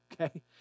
okay